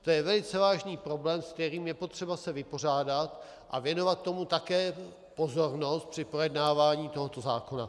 To je velice vážný problém, se kterým je potřeba se vypořádat, a věnovat tomu také pozornost při projednávání tohoto zákona.